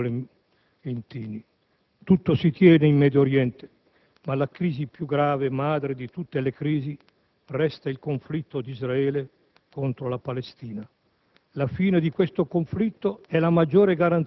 Est. È vero, onorevole Intini, tutto si tiene in Medio Oriente, ma la crisi più grave, madre di tutte le crisi, resta il conflitto di Israele contro la Palestina.